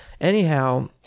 Anyhow